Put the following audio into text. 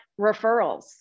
referrals